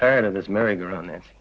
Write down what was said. tired of this marrying around this